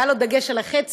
והיה לו דגש על החצי,